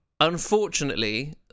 Unfortunately